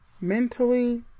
mentally